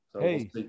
Hey